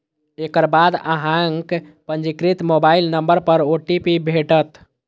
एकर बाद अहांक पंजीकृत मोबाइल नंबर पर ओ.टी.पी भेटत